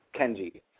Kenji